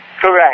Correct